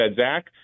Zach